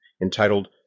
entitled